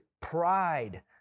pride